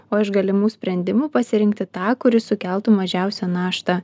o iš galimų sprendimų pasirinkti tą kuris sukeltų mažiausią naštą